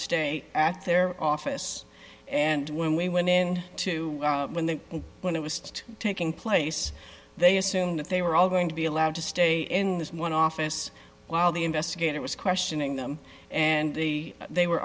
stay at their office and when we went in to when the when it was just taking place they assume that they were all going to be allowed to stay in this one office while the investigator was questioning them and they